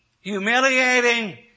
humiliating